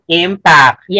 impact